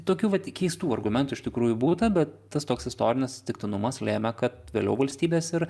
tokių vat keistų argumentų iš tikrųjų būta bet tas toks istorinis atsitiktinumas lėmė kad vėliau valstybės ir